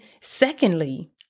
secondly